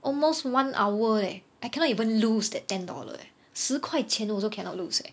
almost one hour eh I cannot even lose that ten dollar eh 十块钱 also cannot lose eh